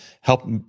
help